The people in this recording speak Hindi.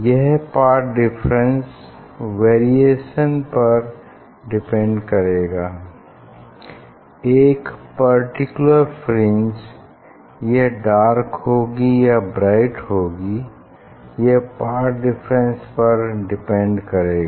यह पाथ डिफरेंस वेरिएशन पर डिपेंड करेगा एक पर्टिकुलर फ्रिंज यह डार्क होगी या ब्राइट होगी यह पाथ डिफरेंस पर डिपेंड करेगा